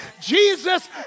Jesus